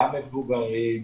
גם מבוגרים,